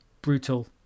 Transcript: brutal